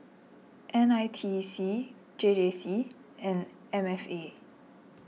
N I T E C J J C and M F A